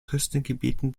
küstengebieten